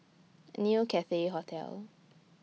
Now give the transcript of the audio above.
New Cathay Hotel